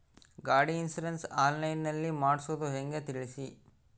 ಗಾಡಿ insurance online ನಲ್ಲಿ ಮಾಡ್ಸೋದು ಹೆಂಗ ತಿಳಿಸಿ?